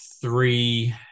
three